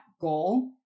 goal